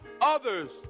others